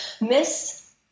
miss